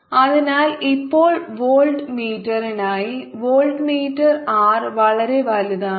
V1 6021R10 അതിനാൽ ഇപ്പോൾ വോൾട്ട മീറ്ററിനായി വോൾട്ട മീറ്റർ R വളരെ വലുതാണ്